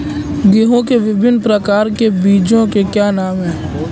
गेहूँ के विभिन्न प्रकार के बीजों के क्या नाम हैं?